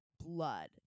blood